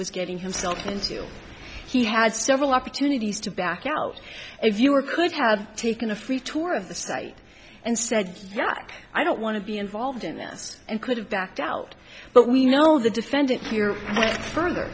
was getting himself until he had several opportunities to back out if you or could have taken a free tour of the site and said yeah i don't want to be involved in this and could have backed out but we know the defendant here further